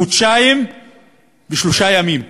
חודשיים ושלושה ימים.